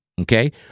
Okay